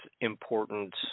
important